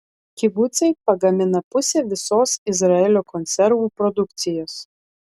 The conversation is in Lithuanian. kibucai pagamina pusę visos izraelio konservų produkcijos